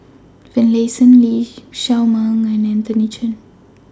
Finlayson Lee Shao Meng and Anthony Chen